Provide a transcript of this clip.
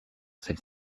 celle